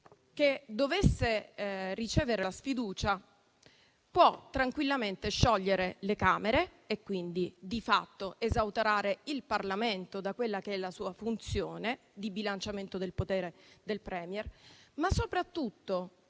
che dovesse ricevere la sfiducia, potrà tranquillamente sciogliere le Camere, e quindi, di fatto, esautorare il Parlamento dalla sua funzione di bilanciamento del potere del *Premier.* Ma soprattutto